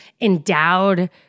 endowed